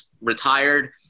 retired